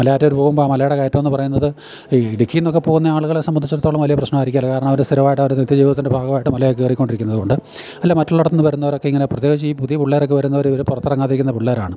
മലയാറ്റൂര് പോകുമ്പോള് മലയുടെ കയറ്റമെന്നു പറയുന്നത് ഇടുക്കിയില്നിന്നൊക്കെ പോവുന്ന ആളുകളെ സംബന്ധിച്ചിടത്തോളം വലിയ പ്രശ്നമായിരിക്കില്ല കാരണം അവര് സ്ഥിരമായിട്ടവര് നിത്യ ജീവിതത്തിൻ്റെ ഭാഗമായിട്ടു മലയൊക്കെ കയറിക്കൊണ്ടിരിക്കുന്നതുകൊണ്ട് മറ്റുള്ളിടത്തുനിന്നു വരുന്നവരൊക്കെ ഇങ്ങനെ പ്രത്യേകിച്ച് ഈ പുതിയ പിള്ളേരൊക്ക വരുന്നവര് ഇവര് പുറത്തിറങ്ങാതിരിക്കുന്ന പിള്ളാരാണ്